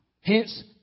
Hence